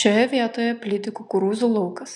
šioje vietoje plyti kukurūzų laukas